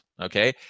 Okay